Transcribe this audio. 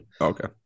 okay